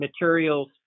materials